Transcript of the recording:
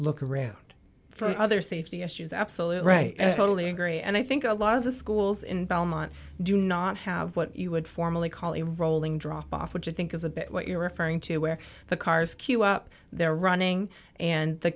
look around for other safety issues absolutely right totally agree and i think a lot of the schools in belmont do not have what you would formally call a rolling drop which i think is a bit what you're referring to where the cars queue up they're running and the